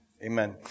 Amen